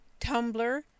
Tumblr